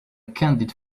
candid